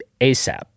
ASAP